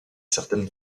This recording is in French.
certaines